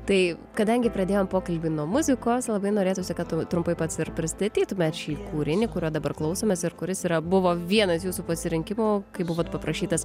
tai kadangi pradėjom pokalbį nuo muzikos labai norėtųsi kad tu trumpai pats ir prisidėtume šį kūrinį kurio dabar klausomės ir kuris yra buvo vienas jūsų pasirinkimų kai buvot paprašytas